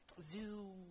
Zoo –